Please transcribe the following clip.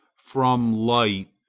from light,